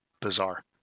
bizarre